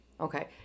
Okay